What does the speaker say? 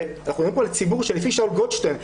ואנחנו מדברים פה על ציבור שלפי שאול גולדשטיין,